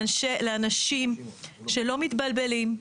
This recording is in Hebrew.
לאנשים שלא מתבלבלים,